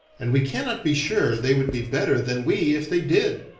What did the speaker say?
and we cannot be sure they would be better than we if they did.